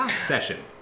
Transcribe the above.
session